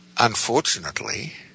Unfortunately